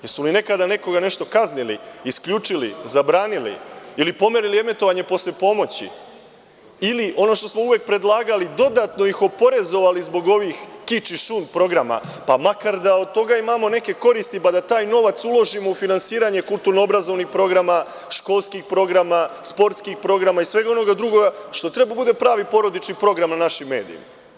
Jesu li nekada nekoga nešto kaznili, isključili, zabranili, ili pomerili emitovanje posle ponoći ili, ono što smo uvek predlagali, dodatno ih oporezivali zbog ovih kič i šund programa, pa makar da od toga imamo neke koristi, pa da taj novac uložimo u finansiranje kulturno-obrazovnih programa, školskih programa, sportskih programa i svega onoga drugoga, što treba da bude pravi porodični program na našim medijima.